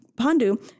Pandu